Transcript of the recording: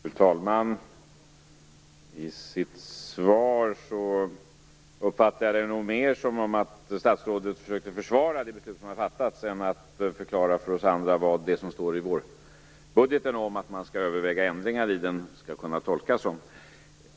Fru talman! Jag uppfattade det nog som att statsrådet i sitt svar mer försökte försvara det beslut som har fattats än att förklara för oss andra vad det som står i vårbudgeten om att man skall överväga ändringar skall kunna tolkas som.